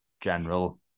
general